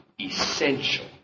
essential